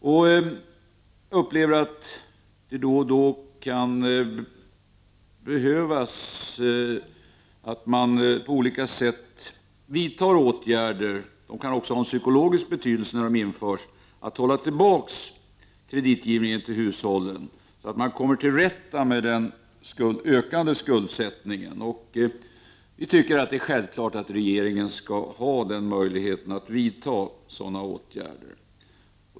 Jag upplever att det då och då behöver vidtas olika åtgärder — som också kan ha en psykologisk betydelse när de införs — så att kreditgivningen till hushållen hålls tillbaka och de kommer till rätta med den ökande skuldsättningen. Det är självklart att regeringen skall ha möjlighet att vidta sådana åtgärder.